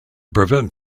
prevent